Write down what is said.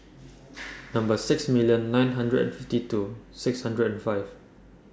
Number six million nine hundred and fifty two six hundred and five